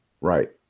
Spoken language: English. Right